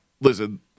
Listen